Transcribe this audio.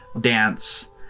dance